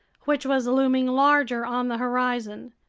which was looming larger on the horizon.